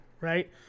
right